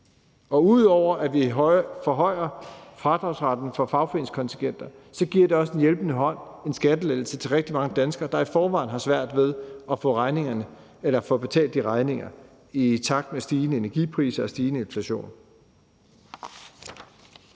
Og ud over at vi forhøjer fradragsretten for fagforeningskontingenter, giver vi med lovforslaget også en hjælpende hånd, en skattelettelse, til rigtig mange danskere, der i forvejen har svært ved at få betalt regningerne i takt med stigende energipriser og stigende inflation.